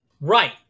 right